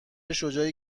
شجاعی